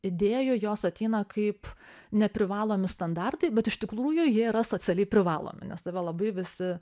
idėjų jos ateina kaip neprivalomi standartai bet iš tikrųjų jie yra socialiai privalomi nes tave labai visi